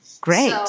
Great